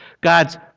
God's